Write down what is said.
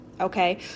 Okay